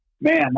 man